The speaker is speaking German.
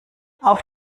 auf